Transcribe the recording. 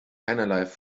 keinerlei